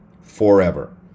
forever